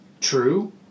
True